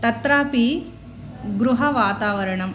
तत्रापि गृहवातावरणं